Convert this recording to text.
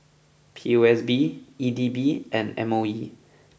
P O S B E D B and M O E